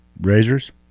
Razors